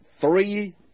three